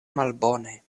malbone